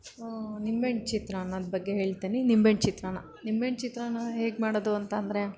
ನಿಂಬೆಹಣ್ಣು ಚಿತ್ರಾನ್ನದ ಬಗ್ಗೆ ಹೇಳ್ತೀನಿ ನಿಂಬೆಹಣ್ಣು ಚಿತ್ರಾನ್ನ ನಿಂಬೆಹಣ್ಣು ಚಿತ್ರಾನ್ನ ಹೇಗೆ ಮಾಡೋದು ಅಂತ ಅಂದ್ರೆ